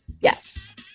Yes